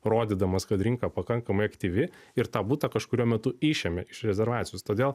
rodydamas kad rinka pakankamai aktyvi ir tą butą kažkuriuo metu išėmė iš rezervacijos todėl